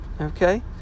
Okay